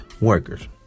Workers